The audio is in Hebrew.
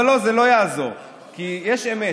אבל לא, זה לא יעזור, כי יש אמת.